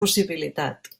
possibilitat